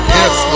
yes